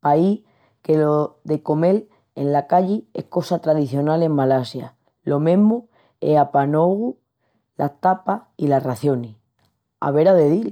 Pahi que lo de comel ena calli es cosa tradicional en Malasia, lo mesmu ue pa nogu las tapas i las racionis. Averá de dil!